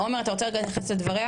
עומר אתה רוצה רגע להתייחס לדבריה?